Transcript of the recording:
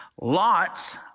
Lot's